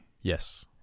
Yes